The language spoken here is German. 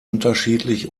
unterschiedlich